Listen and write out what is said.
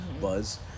buzz